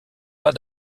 pas